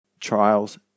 Trials